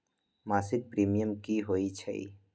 मासिक प्रीमियम की होई छई?